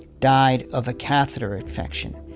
died of a catheter infection.